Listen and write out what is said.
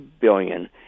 billion